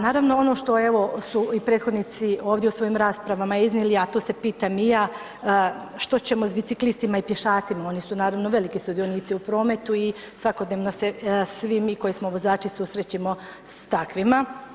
Naravno ono što evo su i prethodnici ovdje u svojim raspravama iznijeli a to se pitam i ja što ćemo sa biciklistima i pješacima, oni su naravno veliki sudionici u prometu i svakodnevno se svi mi koji smo vozači susrećemo sa takvima.